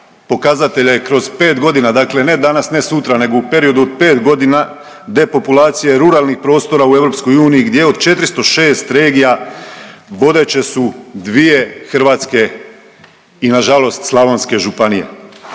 pokazatelje kroz 5.g., dakle ne danas, ne sutra nego u periodu od 5.g. depopulacije ruralnih prostora u EU gdje od 406 regija vodeće su dvije hrvatske i nažalost slavonske županije